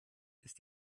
ist